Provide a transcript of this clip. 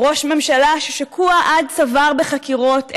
"ראש ממשלה ששקוע עד צוואר בחקירות,